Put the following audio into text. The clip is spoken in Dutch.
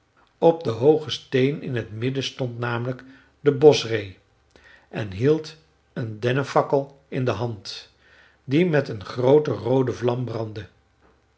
op den hoogen steen in het midden stond namelijk de boschree en hield een dennefakkel in de hand die met een groote roode vlam brandde